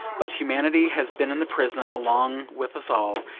but humanity has been in the prison along with us all,